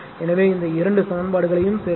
எனவே இந்த இரண்டு சமன்பாடுகளையும் சேர்க்கவும்